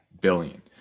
billion